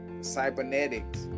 cybernetics